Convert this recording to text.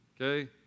Okay